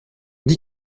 dit